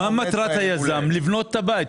מטרת היזם היא לבנות את הבית.